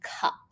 cup